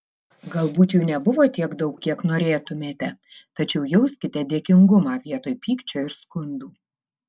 galbūt jų nebuvo tiek daug kiek norėtumėte tačiau jauskite dėkingumą vietoj pykčio ir skundų